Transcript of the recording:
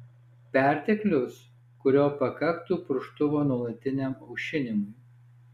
perteklius kurio pakaktų purkštuvo nuolatiniam aušinimui